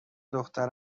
دختر